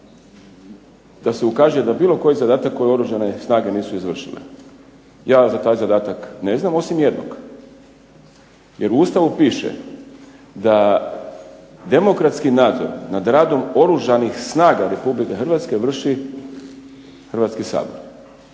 da se ukaže na bilo koji zadatak koji Oružane snage nisu izvršile. Ja vam za taj zadatak ne znam, osim jednog. Jer u Ustavu piše da demokratski nadzor nad radom Oružanih snaga RH vrši Hrvatski sabor.